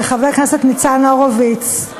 וחבר כנסת ניצן הורוביץ,